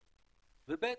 ו-ב',